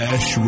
Ash